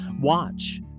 watch